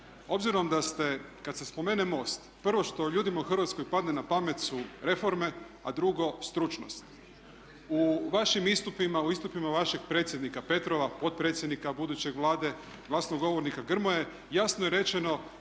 obzirom da ste kad se spomene MOST prvo što ljudima u Hrvatskoj padne na pamet su reforme, a drugo stručnost. U vašim istupima, u istupima vašeg predsjednika Petrova potpredsjednika budućeg Vlade, glasnogovornika Grmoje jasno je rečeno